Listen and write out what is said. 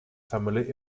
family